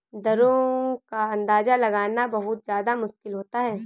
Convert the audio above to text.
दरों का अंदाजा लगाना बहुत ज्यादा मुश्किल होता है